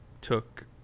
took